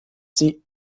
sie